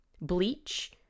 bleach